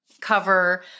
cover